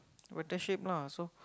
better shape lah so